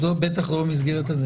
בטח לא במסגרת הזאת